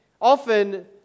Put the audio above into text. often